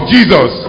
Jesus